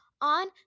on